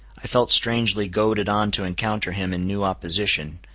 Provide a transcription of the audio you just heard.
i felt strangely goaded on to encounter him in new opposition,